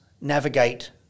navigate